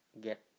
get